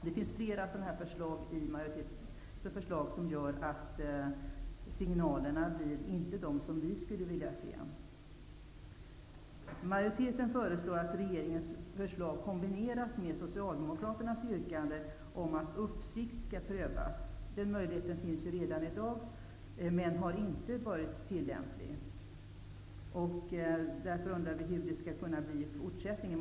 Det finns flera sådana punkter i majoritetens förslag som gör att signalerna inte blir sådana som vi skulle vilja se dem. Majoriteten föreslår att regeringens förslag skall kombineras med socialdemokraternas yrkande om att uppsikt skall prövas. Den möjligheten finns redan i dag, men har inte varit tillämplig. Därför undrar vi hur den skall kunna bli tillämplig i fortsättningen.